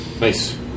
Nice